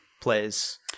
plays